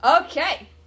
Okay